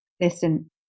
listen